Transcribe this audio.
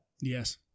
Yes